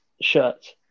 shirts